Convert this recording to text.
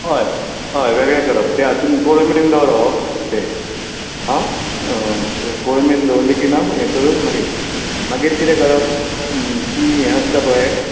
हय हय वेगळें करप तें हातूंत कोळंबेंत दवरप तें हां कोळंबेंत दवरलें की ना हें करून मागीर मागीर कितें करप ती हें आसता पळय